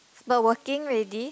but walking already